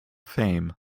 fame